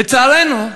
לצערנו,